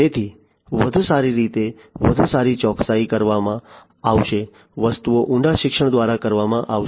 તેથી વધુ સારી રીતે વધુ સારી ચોકસાઈ કરવામાં આવશે વસ્તુઓ ઊંડા શિક્ષણ દ્વારા કરવામાં આવશે